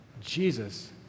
Jesus